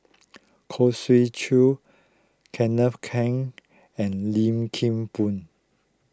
Khoo Swee Chiow Kenneth Keng and Lim Kim Boon